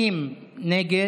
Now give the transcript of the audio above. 50 נגד,